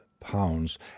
pounds